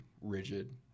rigid